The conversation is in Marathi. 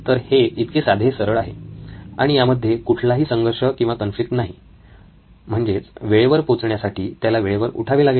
तर हे इतके साधे सरळ आहे आणि यामध्ये कुठलाही संघर्ष किंवा कॉन्फ्लिक्ट नाही म्हणजेच वेळेवर पोचण्यासाठी त्याला वेळेवर उठावे लागेल